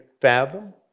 fathom